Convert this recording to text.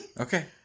Okay